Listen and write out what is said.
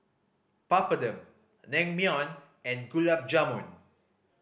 Papadum Naengmyeon and Gulab Jamun